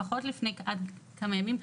לפחות עד לפני כמה ימים,